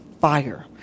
fire